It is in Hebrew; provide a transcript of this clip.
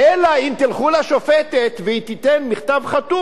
אלא אם כן תלכו לשופטת והיא תיתן מכתב חתום,